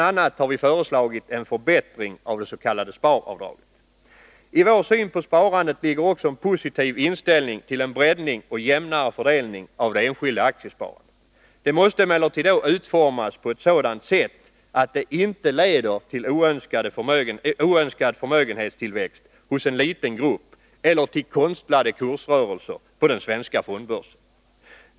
a. har vi föreslagit en förbättring av det s.k. sparavdraget. I vår syn på sparandet ligger också en positiv inställning till en breddning och en jämnare fördelning av det enskilda aktiesparandet. Det måste emellertid då utformas på ett sådant sätt att det inte leder till oönskad förmögenhetstillväxt hos en liten grupp eller till konstlade kursrörelser på den svenska fondbörsen.